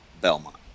Belmont